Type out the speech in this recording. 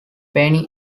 penny